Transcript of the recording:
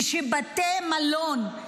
ושבתי מלון,